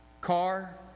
car